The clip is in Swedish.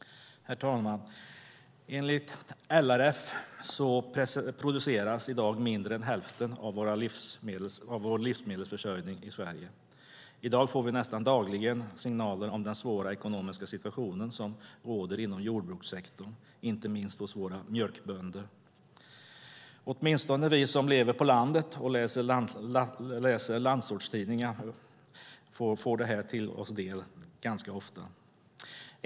Herr talman! Enligt LRF produceras i dag mindre än hälften av vår livsmedelsförsörjning i Sverige. I dag får vi nästan dagligen signaler om den svåra ekonomiska situation som råder inom jordbrukssektorn, inte minst hos våra mjölkbönder. Åtminstone vi som lever på landet och läser landsortstidningar får ta del av detta ganska ofta.